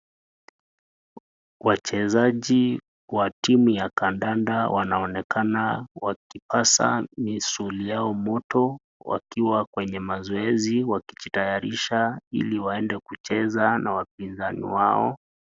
Wachezaji wa timu ya kandanda wanaonekana wakipasa misule yao moto, wakiwa kwenye mazoezi wakijitayarisha ili waende kucheza na wapinzani wao.